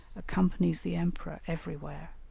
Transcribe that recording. accompanies the emperor everywhere,